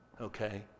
Okay